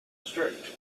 strait